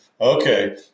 okay